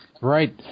Right